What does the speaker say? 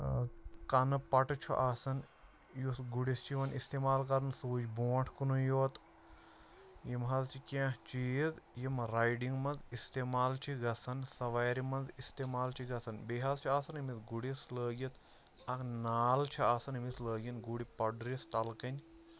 کَنہٕ پَٹہٕ چھُ آسان یُس گُرِس چھُ یِوان اِستعمال کَرنہٕ سُہ وٕچھ برٛونٛٹھ کُنُے یوت یِم حظ چھِ کینٛہہ چیٖز یِم رایڈِنٛگ منٛز اِستعمال چھِ گژھان سَوارِ منٛز اِستعمال چھِ گژھان بیٚیہِ حظ چھِ آسان أمِس گُرِس لٲگِتھ اَکھ نال چھِ آسان أمِس لٲگِنۍ گُرۍ پَڑرِس تَلہٕ کَنہِ